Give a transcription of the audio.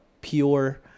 pure